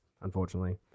Unfortunately